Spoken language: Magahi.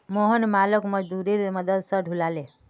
मोहन मालोक मजदूरेर मदद स ढूला ले